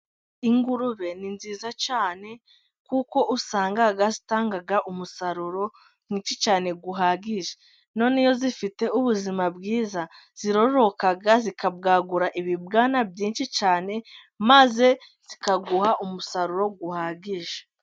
Ingurube ni nziza cyane kuko usanga zitanga umusaruro mwinshi cyane uhagije, noneho iyo zifite ubuzima bwiza ziroroka, zikabwagura ibibwana byinshi cyane maze zikaguha umusaruro uhagije.